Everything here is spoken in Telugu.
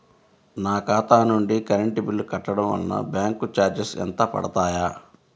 నా ఖాతా నుండి కరెంట్ బిల్ కట్టడం వలన బ్యాంకు చార్జెస్ ఎంత పడతాయా?